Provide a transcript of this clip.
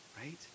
Right